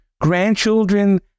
grandchildren